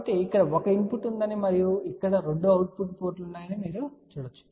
కాబట్టి ఇక్కడ 1 ఇన్పుట్ ఉందని మరియు ఇక్కడ 2 అవుట్పుట్ పోర్టులు ఉన్నాయని మీరు చూడవచ్చు